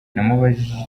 namubajije